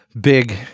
big